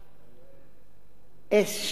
37 שנים